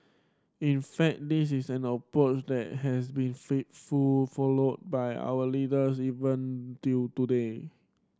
in fact this is an approach that has been faithful followed by our leaders even till today